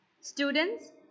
Students